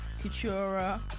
Katura